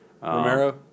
Romero